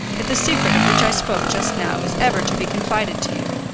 if the secret of which i spoke just now is ever to be confided to you,